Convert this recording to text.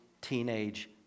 teenage